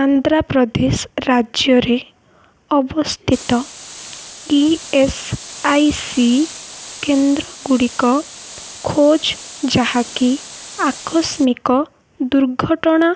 ଆନ୍ଧ୍ରପ୍ରଦେଶ ରାଜ୍ୟରେ ଅବସ୍ଥିତ E S I C କେନ୍ଦ୍ରଗୁଡ଼ିକ ଖୋଜ ଯାହାକି ଆକସ୍ମିକ ଦୁର୍ଘଟଣା